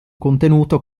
contenuto